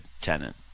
tenant